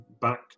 back